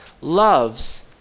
loves